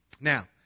Now